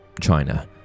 China